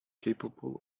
capable